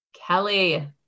Kelly